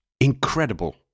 Incredible